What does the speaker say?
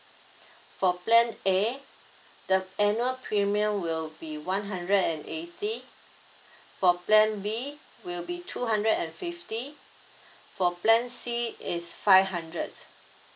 for plan A the annual premium will be one hundred and eighty for plan B will be two hundred and fifty for plan C is five hundred